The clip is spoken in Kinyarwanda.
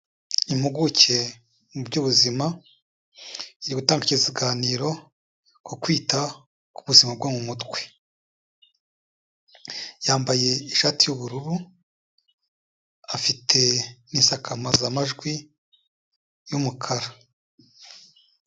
Impuguke mu by'ubuzima, iri gutanga ikiganiro ku kwita ku buzima bwo mu mutwe. Yambaye ishati y'ubururu afite n'insakamazajwi y'umukara.